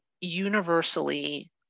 universally